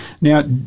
now